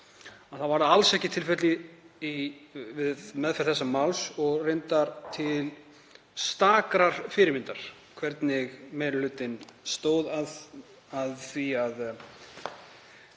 var það alls ekki tilfellið við meðferð þessa máls og reyndar til stakrar fyrirmyndar hvernig meiri hlutinn stóð að því að